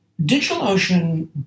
DigitalOcean